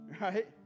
right